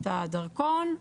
את הדרכון,